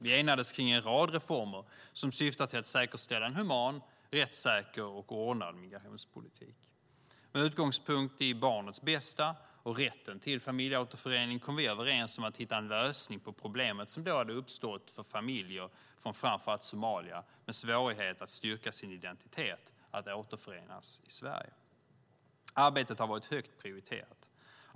Vi enades kring en rad reformer som syftar till att säkerställa en human, rättssäker och ordnad migrationspolitik. Med utgångspunkt i barnens bästa och rätten till familjeåterförening kom vi överens om att hitta en lösning på problemet som då hade uppstått för familjer från framför allt Somalia med svårighet att styrka sin identitet att återförenas i Sverige. Arbetet har varit högt prioriterat.